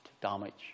damage